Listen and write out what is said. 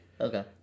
Okay